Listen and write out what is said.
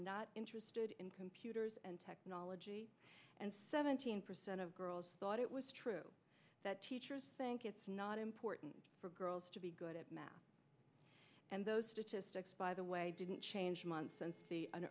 not interested in computers and technology and seventeen percent of girls thought it was true that teachers think it's not important for girls to be good at math and those statistics by the way didn't change months and